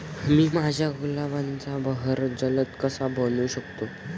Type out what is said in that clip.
मी माझ्या गुलाबाचा बहर जलद कसा बनवू शकतो?